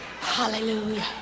hallelujah